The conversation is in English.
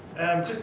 and